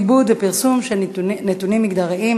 עיבוד ופרסום של נתונים מגדריים),